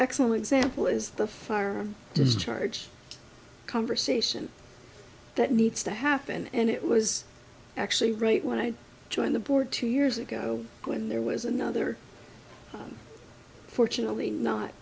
excellent example is the firearm discharge conversation that needs to happen and it was actually right when i joined the board two years ago when there was another fortunately not